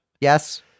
Yes